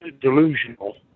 delusional